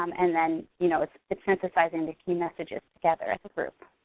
um and then you know it's it's synthesizing the key messages together as a group.